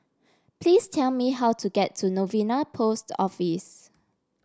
please tell me how to get to Novena Post Office